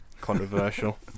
controversial